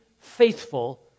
faithful